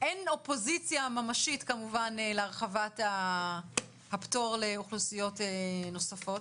שאין אופוזיציה ממשית כמובן להרחבת הפטור לאוכלוסיות נוספות.